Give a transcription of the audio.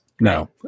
No